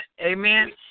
Amen